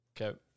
Okay